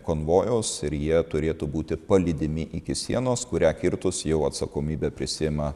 konvojaus ir jie turėtų būti palydimi iki sienos kurią kirtus jau atsakomybę prisiima